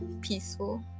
peaceful